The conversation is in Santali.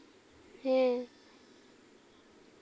ᱦᱮᱸ